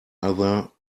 other